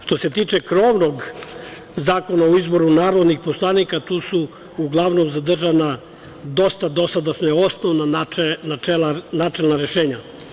Što se tiče krovnog Zakona o izboru narodnih poslanika, tu su uglavnom zadržana dosta dosadašnja osnovna načelna rešenja.